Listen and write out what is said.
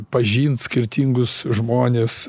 pažint skirtingus žmones